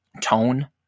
tone